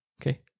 okay